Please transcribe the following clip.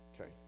okay